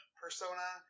persona